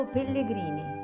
Pellegrini